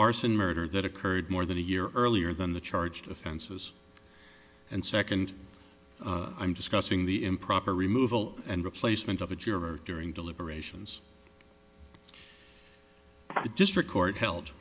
arson murder that occurred more than a year earlier than the charged offenses and second i'm discussing the improper removal and replacement of a juror during deliberations the district court held